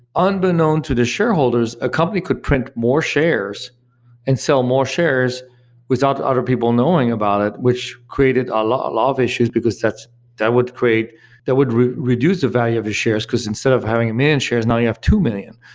unbeknown to the shareholders, a company could print more shares and sell more shares without other people knowing about it, which created a lot lot of issues, because that would create that would reduce the value of shares, because instead of having a million shares, now you have two million.